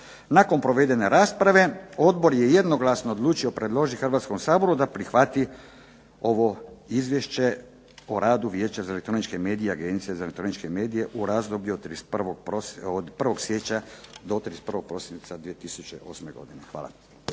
Nakon provedene rasprave, odbor je jednoglasno odlučio predložiti Hrvatskom saboru da prihvati ovo izvješće o radu Vijeća za elektroničke medije i Agencije za elektroničke medije u razdoblju od 1. siječnja do 31. prosinca 2008. godine. Hvala.